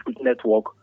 Network